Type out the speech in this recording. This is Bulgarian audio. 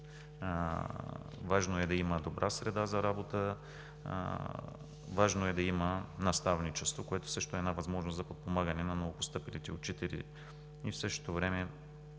Важно е да има добра среда за работа, важно е да има наставничество, което също е една възможност за подпомагане на новопостъпилите учители и в същото време